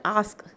ask